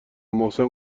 محسن